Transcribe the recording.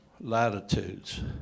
latitudes